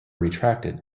retracted